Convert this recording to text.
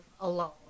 alone